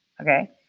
okay